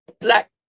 black